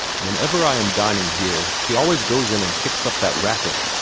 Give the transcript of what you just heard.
whenever i am dining here, she always goes in and kicks up that racket.